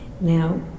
now